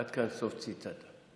עד כאן, סוף ציטטה.